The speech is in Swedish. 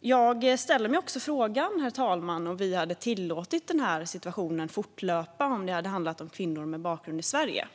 Jag ställer mig också frågan, herr talman, om vi hade tillåtit denna situation att fortlöpa om det hade handlat om kvinnor med bakgrund i Sverige.